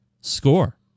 score